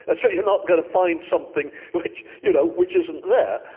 ah so you're not going to find something which, you know, which isn't there.